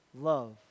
love